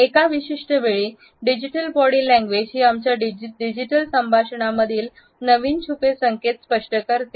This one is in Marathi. एका विशिष्ट वेळी आणि डिजिटल बॉडी लँग्वेज ही आमच्या डिजिटल संभाषणेमधील नवीन छुपे संकेत स्पष्ट करते